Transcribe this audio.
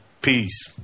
Peace